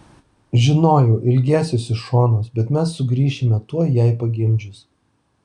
žinojau ilgėsiuosi šonos bet mes sugrįšime tuoj jai pagimdžius